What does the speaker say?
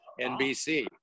NBC